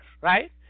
right